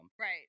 Right